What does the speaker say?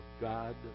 God